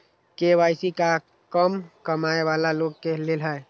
KYC का कम कमाये वाला लोग के लेल है?